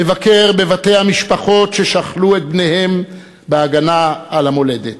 לבקר בבתי המשפחות ששכלו את בניהן בהגנה על המולדת.